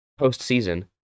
postseason